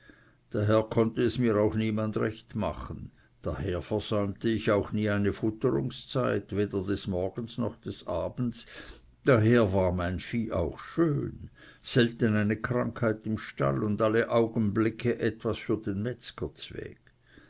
daher konnte es mir auch niemand recht machen daher versäumte ich auch nie eine futterungszeit weder des morgens noch des abends daher war mein vieh auch schön selten eine krankheit im stall und alle augenblicke etwas für den metzger